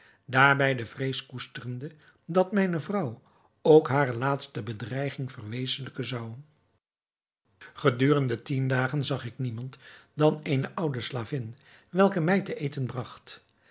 daarbij de vrees koesterende dat mijne vrouw ook hare laatste bedreiging verwezentlijken zou gedurende tien dagen zag ik niemand dan eene oude slavin welke mij te eten bragt